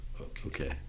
okay